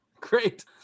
Great